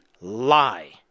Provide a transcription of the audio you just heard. lie